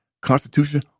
Constitution